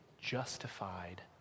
justified